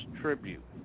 tribute